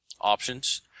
options